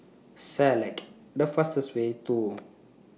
Select The fastest Way to